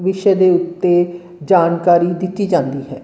ਵਿਸ਼ੇ ਦੇ ਉੱਤੇ ਜਾਣਕਾਰੀ ਦਿੱਤੀ ਜਾਂਦੀ ਹੈ